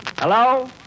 Hello